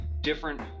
different